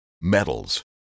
metals